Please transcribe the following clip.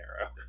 arrow